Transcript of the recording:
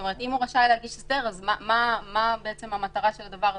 כלומר אם הוא רשאי להגיש הסדר אז מה המטרה של הדבר הזה?